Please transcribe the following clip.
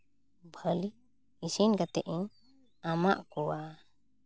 ᱵᱷᱟᱹᱞᱤ ᱤᱥᱤᱱ ᱠᱟᱛᱮᱫ ᱤᱧ ᱮᱢᱟᱜ ᱠᱚᱣᱟ